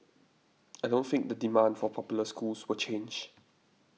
I don't think the demand for popular schools will change